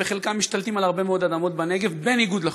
שבחלקם משתלטים על הרבה מאוד אדמות בנגב בניגוד לחוק.